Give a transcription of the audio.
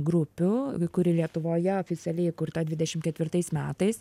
grupių kuri lietuvoje oficialiai įkurta dvidešim ketvirtais metais